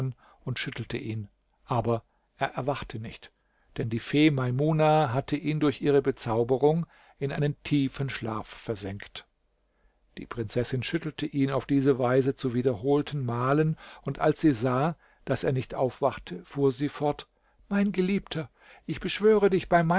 und schüttelte ihn aber er erwachte nicht denn die fee maimuna hatte ihn durch ihre bezauberung in einen tiefen schlaf versenkt die prinzessin schüttelte ihn auf diese weise zu wiederholten malen und als sie sah daß er nicht aufwachte fuhr sie fort mein geliebter ich beschwöre dich bei